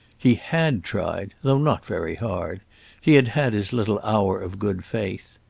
he had tried, though not very hard he had had his little hour of good faith.